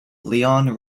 leon